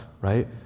right